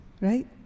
right